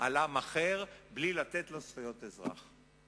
על עם אחר בלי לתת לו זכויות אזרחיות.